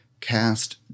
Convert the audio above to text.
cast